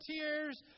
tears